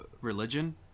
religion